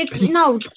No